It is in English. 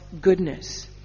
goodness